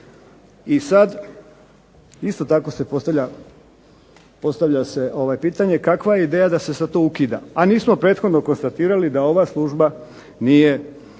I sad isto tako se postavlja pitanje kakva je ideja da se sad to ukida, a nismo prethodno konstatirali da ova služba nije